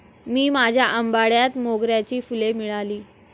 मी माझ्या आंबाड्यात मोगऱ्याची फुले माळली